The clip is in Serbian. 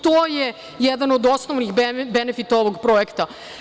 To je jedan od osnovnih benefita ovog projekta.